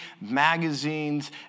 magazines